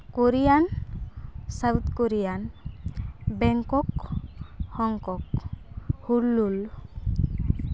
Korean south Korean Bangkok Hong Kong ᱦᱩᱞᱞᱩᱞ